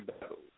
battles